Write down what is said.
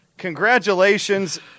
Congratulations